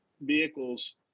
vehicles